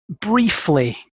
briefly